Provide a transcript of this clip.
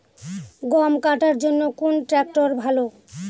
গম কাটার জন্যে কোন ট্র্যাক্টর ভালো?